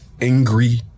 angry